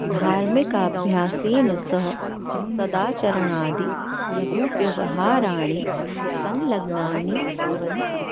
धार्मिकाभ्यासेन सह सदाचरणादि लघुव्यवहाराणि संलग्नानि भवन्ति